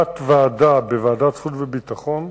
התת-ועדה בוועדת החוץ והביטחון,